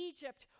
Egypt